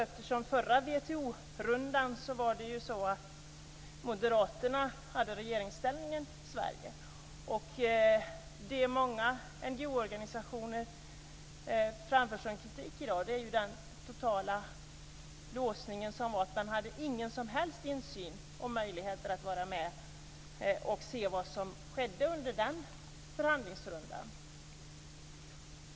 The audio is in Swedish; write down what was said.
Vid förra WTO-rundan hade Moderaterna regeringsställningen i Sverige. De många NGO:er framför som kritik i dag var den totala låsningen och att de inte hade någon som helst insyn och möjligheter att vara med och se vad som skedde under den förhandlingsrundan.